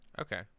Okay